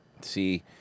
See